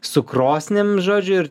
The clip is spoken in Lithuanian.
su krosnim žodžiu ir